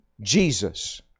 Jesus